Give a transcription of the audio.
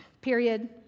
Period